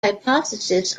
hypothesis